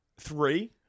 three